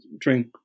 drink